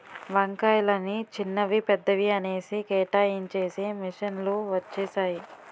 వంకాయలని చిన్నవి పెద్దవి అనేసి కేటాయించేసి మిషన్ లు వచ్చేసాయి